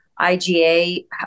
IGA